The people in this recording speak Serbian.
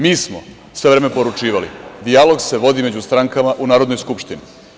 Mi smo svojevremeno poručivali –dijalog se vodi među stankama u Narodnoj skupštini.